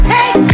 Take